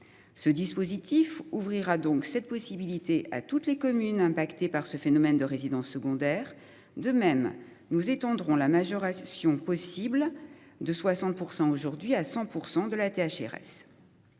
Ce dispositif ouvrira donc cette possibilité à toutes les communes impactées par ce phénomène de résidences secondaires. De même, nous étendrons la majoration possible de 60% aujourd'hui à 100% de la THG.